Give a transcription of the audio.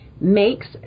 Makes